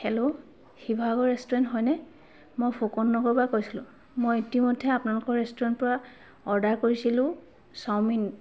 hello Sivasagar restaurant হয়নে মই ফুকন নগৰৰ পৰা কৈছিলো মই ইতিমধ্যে আপোনালোকৰ ৰেষ্টুৰেণ্টৰ পৰা অৰ্ডাৰ কৰিছিলো চাওমিন